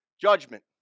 Judgment